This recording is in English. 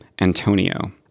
Antonio